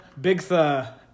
Bigtha